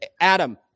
Adam